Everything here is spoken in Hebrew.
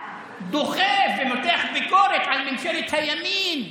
דוחף ומותח ביקורת על ממשלת הימין,